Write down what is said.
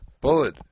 bullet